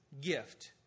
gift